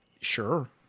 Sure